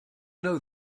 know